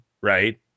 right